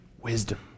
wisdom